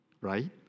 Right